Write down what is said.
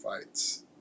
fights